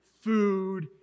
Food